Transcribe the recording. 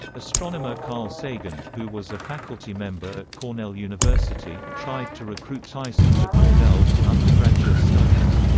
astronomer carl sagan, who was a faculty member at cornell university, tried to recruit tyson to cornell for undergraduate studies.